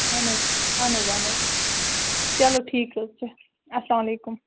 اہَن حظ اہَن حظ اہَن حظ چلو ٹھیٖک حظ چھُ السلامُ علیکُم